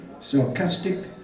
sarcastic